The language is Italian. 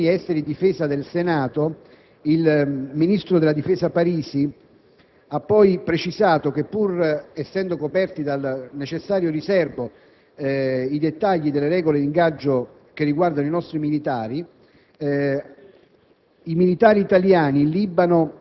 Nella riunione delle Commissioni esteri e difesa del Senato, il ministro della difesa Parisi ha poi precisato che, pur essendo coperti dal necessario riserbo i dettagli delle regole di ingaggio riguardanti i militari